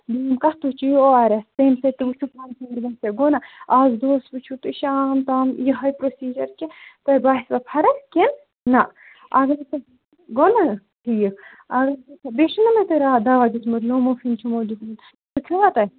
دۄیِم کتھ تُہۍ چیٚیِو او آر ایٚس تَمہِ سۭتۍ تُہۍ تہِ وُچھِو فرق ما حظ گژھوٕ گوٚو نا اَز دوس وٕچھو تُہۍ شام تام یِہَے پرٛوسیٖجَر کہِ تۄہہِ باسوٕ فرق کِنہٕ نہ اگر تُہۍ گوٚو نا ٹھیٖک بیٚیہِ چھُنا مےٚ تۄہہِ راتھ دَوہ دیُتمُت نوموفیٖن چھُمو دیُتمُت سُہ کھیوٚوا تۄہہِ